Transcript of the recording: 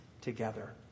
together